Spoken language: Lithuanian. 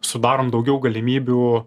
sudarom daugiau galimybių